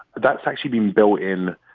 that's actually been built in.